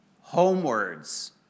homewards